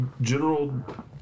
general